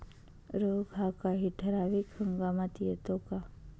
रोग हा काही ठराविक हंगामात येतो का?